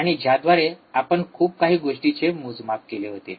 आणि ज्याद्वारे आपण खूप काही गोष्टींचे मोजमाप केले होते